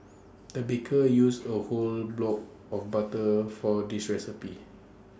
the baker used A whole block of butter for this recipe